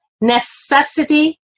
necessity